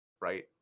right